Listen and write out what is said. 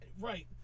Right